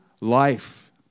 life